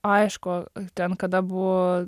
aišku ten kada buvo